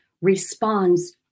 responds